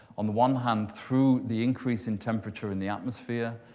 on the one hand, through the increase in temperature in the atmosphere,